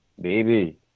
baby